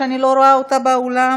שאני לא רואה אותה באולם,